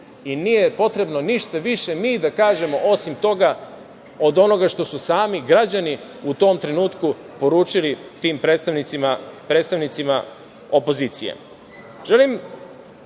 Nije potrebno ništa više mi da kažemo, osim toga od onoga što su sami građani u tom trenutku poručili tim predstavnicima opozicije. Želim